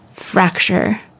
fracture